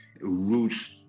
roots